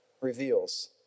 reveals